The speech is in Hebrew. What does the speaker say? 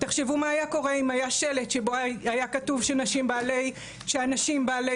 תחשבו מה היה קורה אם היה שלט שבו היה כתוב שאנשים בעלי